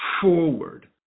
forward